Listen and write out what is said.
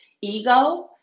ego